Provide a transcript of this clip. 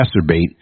exacerbate